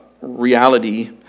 reality